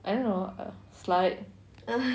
I don't know err slut